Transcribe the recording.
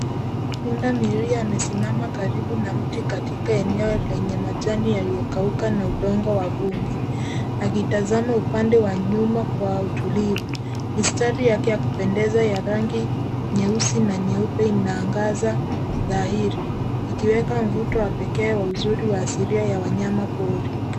Pundamilia amesimama karibu na mti katika eneo lenye majani yaliyokauka na udongo wa vumbi. Akitazama upande wa nyuma kwa utulivu. Mistari yake ya kupendeza ya rangi nyeusi na nyeupe inaangaza dhahiri. Ikiweka mvuto wa pekee wa uzuri wa asilia ya wanyamapori.